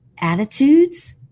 Attitudes